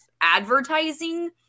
advertising